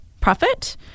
profit